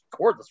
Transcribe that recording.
cordless